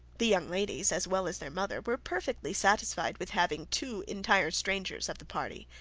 the young ladies, as well as their mother, were perfectly satisfied with having two entire strangers of the party,